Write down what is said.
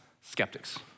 skeptics